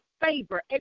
favor